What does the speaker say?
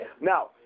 now